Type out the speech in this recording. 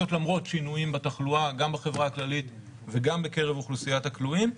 זאת למרות שינויים בתחלואה גם בחברה הכללית וגם בקרב אוכלוסיית הכלואים.